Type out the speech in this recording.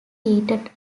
heated